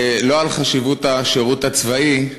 לא על חשיבות השירות הצבאי,